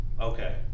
Okay